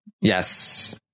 Yes